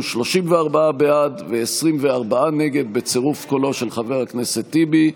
34 בעד ו-24 נגד בצירוף קולו של חבר הכנסת טיבי.